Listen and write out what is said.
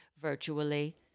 virtually